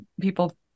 people